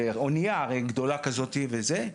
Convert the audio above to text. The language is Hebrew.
אונייה גדולה כזאת וזה,